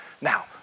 Now